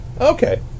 Okay